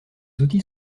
outils